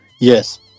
Yes